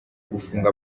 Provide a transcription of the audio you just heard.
gufunga